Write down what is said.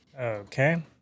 Okay